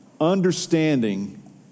understanding